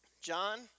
John